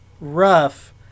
rough